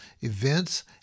events